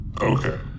Okay